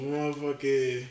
Motherfucker